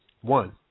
one